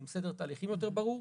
עם סדר תהליכים יותר ברור.